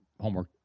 homework